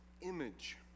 image